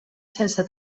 sense